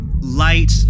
Light